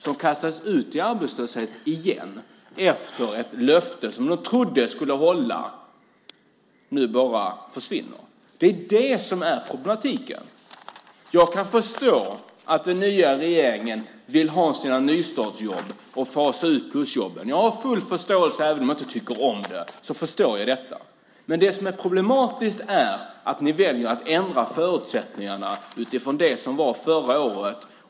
De kastas ut i arbetslöshet igen efter ett löfte som de trodde skulle hållas men som nu bara försvinner. Det är det som är problematiskt! Jag kan förstå att den nya regeringen vill ha sina nystartsjobb och fasa ut plusjobben. Jag har full förståelse för detta även om jag inte tycker om det. Det som är problematiskt är att ni väljer att ändra förutsättningarna utifrån det som var förra året.